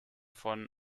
von